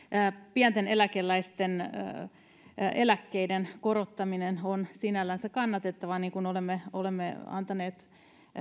pienten eläkkeiden korottaminen on sinällään kannatettavaa ja olemme antaneet